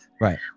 right